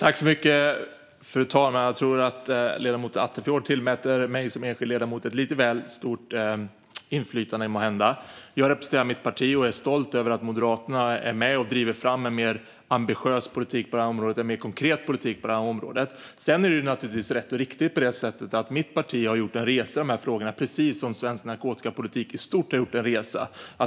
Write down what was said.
Fru talman! Ledamoten Attefjord tillmäter måhända mig som enskild ledamot lite väl stort inflytande. Jag representerar mitt parti och är stolt över att Moderaterna är med och driver fram en mer ambitiös, mer konkret politik på området. Sedan är det rätt och riktigt att mitt parti har gjort en resa i de här frågorna, precis som svensk narkotikapolitik i stort har gjort en resa.